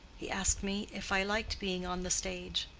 he asked me if i liked being on the stage.